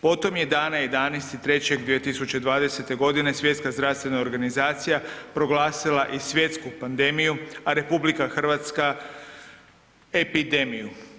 Potom je dana 11.3.2020. godine Svjetska zdravstvena organizacija proglasila i svjetsku pandemiju, a RH epidemiju.